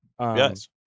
Yes